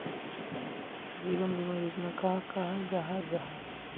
जीवन बीमा योजना कहाक कहाल जाहा जाहा?